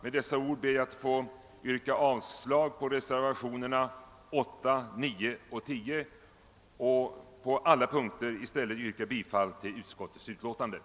Med dessa ord ber jag att få yrka avslag på reservationerna 8 och 9 samt bifall till utskottets hemställan.